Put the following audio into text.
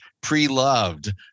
pre-loved